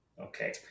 Okay